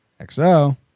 xo